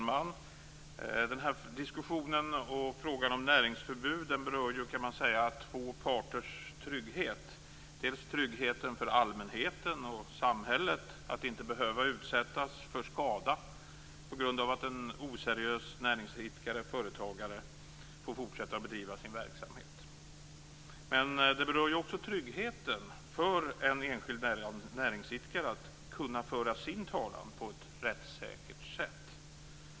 Fru talman! Diskussionen och frågan om näringsförbud berör, kan man säga, två parters trygghet. Den berör tryggheten för allmänheten och samhället att inte behöva utsättas för skada på grund av att en oseriös näringsidkare/företagare får fortsätta att bedriva sin verksamhet. Men den berör också tryggheten för en enskild näringsidkare att kunna föra sin talan på ett rättssäkert sätt.